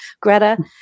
Greta